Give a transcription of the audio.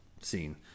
scene